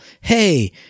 Hey